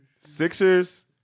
Sixers